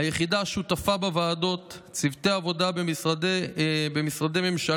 היחידה שותפה בוועדות וצוותי עבודה במשרדי ממשלה,